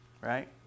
Right